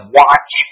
watch